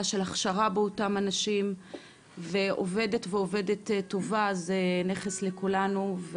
של הכשרה באותם האנשים ועובד ועובדת טובה הם נכס לכולנו.